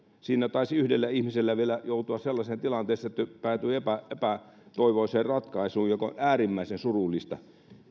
siinä taisi yksi ihminen vielä joutua sellaiseen tilanteeseen että hän päätyi epätoivoiseen ratkaisuun mikä on äärimmäisen surullista